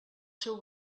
seu